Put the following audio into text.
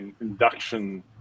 induction